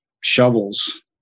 shovels